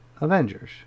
Avengers